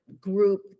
group